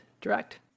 Direct